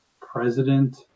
president